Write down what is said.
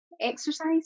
exercise